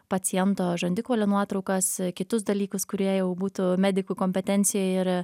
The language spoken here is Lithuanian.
paciento žandikaulio nuotraukas kitus dalykus kurie jau būtų medikų kompetencijoj ir